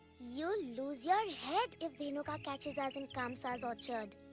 you'll lose your head if dhenuka catches us in kamsa's orchard!